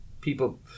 people